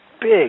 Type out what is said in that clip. big